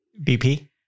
BP